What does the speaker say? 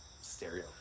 stereo